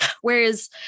Whereas